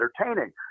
entertaining